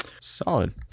Solid